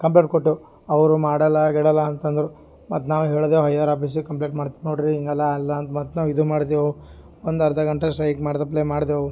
ಕಂಪೇಟ್ ಕೊಟ್ಟೆವು ಅವರು ಮಾಡೋಲ್ಲ ಗೀಡಲ್ಲ ಅಂತಂದರು ಮತ್ತು ನಾವು ಹೇಳಿದೆ ಹೈಯರ್ ಆಪಿಸಿಗೆ ಕಂಪೇಟ್ ಮಾಡ್ತು ನೋಡ್ರಿ ಹಿಂಗಲ್ಲ ಅಲ್ಲ ಅಂತ ಮತ್ತು ನಾವು ಇದು ಮಾಡಿದೆವು ಒಂದು ಅರ್ಧ ಗಂಟೆ ಸ್ಟ್ರೈಕ್ ಮಾಡ್ದಪ್ಲೇ ಮಾಡಿದೆವು